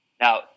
Now